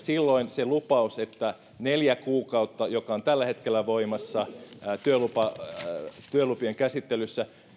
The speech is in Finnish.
se lupaus että neljä kuukautta joka on tällä hetkellä voimassa työlupien käsittelyssä